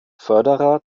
förderer